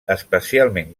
especialment